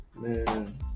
man